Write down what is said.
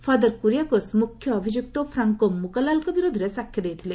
father Kuriakose ମୁଖ୍ୟ ଅଭିଯୁକ୍ତ Franco ମୁକାଲାଲ୍ଙ୍କ ବିରୋଧରେ ସାକ୍ଷ୍ୟ ଦେଇଥିଲେ